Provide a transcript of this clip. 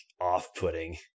off-putting